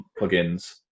plugins